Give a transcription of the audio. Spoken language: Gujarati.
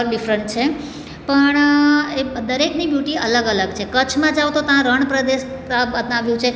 ડિફરન્ટ છે પણ એ દરેકની બ્યુટી અલગ અલગ છે કચ્છમાં જાઓ તો તા રણપ્રદેશ આવ્યું છે